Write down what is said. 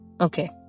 Okay